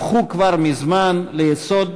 הפכו כבר מזמן ליסוד